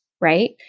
right